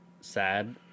sad